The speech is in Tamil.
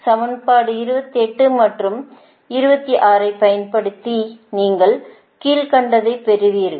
சமன்பாடு 28 மற்றும் 26 ஐப் பயன்படுத்தி நீங்கள் கீழ்க்கண்டதை பெறுவீர்கள்